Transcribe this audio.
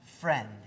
friend